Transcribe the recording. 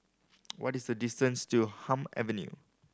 what is the distance to Hume Avenue